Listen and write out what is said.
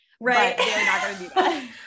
right